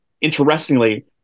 interestingly